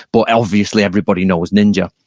but obviously everybody knows ninja.